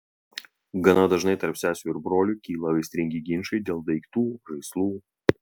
gana dažnai tarp sesių ir brolių kyla aistringi ginčai dėl daiktų žaislų